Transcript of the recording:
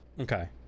Okay